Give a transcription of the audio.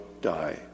die